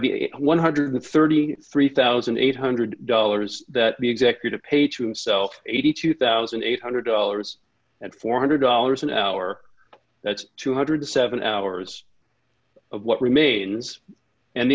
the one hundred and thirty three thousand eight hundred dollars that the executive pay to so eighty two thousand eight hundred dollars at four hundred dollars an hour that's two hundred and seven hours what remains and